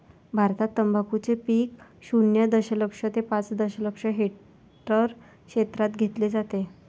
भारतात तंबाखूचे पीक शून्य दशलक्ष ते पाच दशलक्ष हेक्टर क्षेत्रात घेतले जाते